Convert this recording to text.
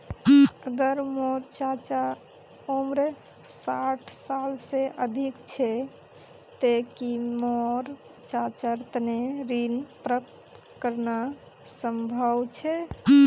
अगर मोर चाचा उम्र साठ साल से अधिक छे ते कि मोर चाचार तने ऋण प्राप्त करना संभव छे?